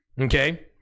okay